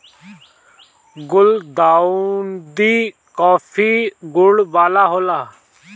गुलदाउदी काफी गुण वाला होला